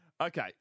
Okay